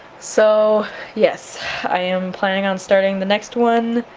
so yes i am planning on starting the next one